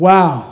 Wow